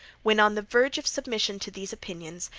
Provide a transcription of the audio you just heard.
when on the verge of submission to these opinions,